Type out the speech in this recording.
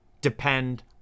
depend